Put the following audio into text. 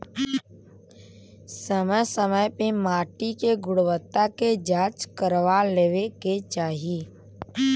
समय समय पे माटी के गुणवत्ता के जाँच करवा लेवे के चाही